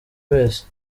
wese